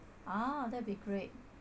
ah that'd be great